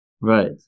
Right